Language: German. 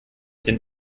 den